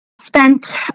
spent